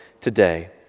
today